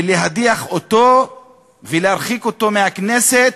ולהדיח אותו ולהרחיק אותו מהכנסת,